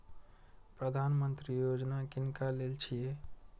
प्रधानमंत्री यौजना किनका लेल छिए?